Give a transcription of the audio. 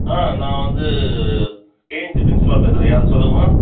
ஆ நான் வந்து K N C principal பேசுகிறேன் யார் சொல்லுங்கம்மா